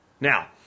Now